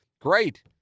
Great